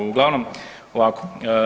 Uglavnom ovako.